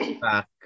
back